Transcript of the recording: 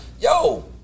yo